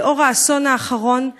לנוכח האסון האחרון,